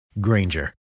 Granger